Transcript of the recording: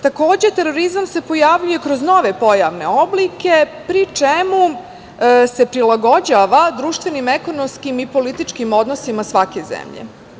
Takođe, terorizam se pojavljuje kroz nove pojavne oblike, pri čemu se prilagođava društvenim, ekonomskim i političkim odnosima svake zemlje.